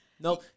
No